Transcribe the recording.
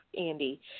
Andy